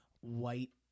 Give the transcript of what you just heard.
white